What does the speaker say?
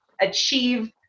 achieve